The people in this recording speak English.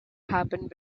happened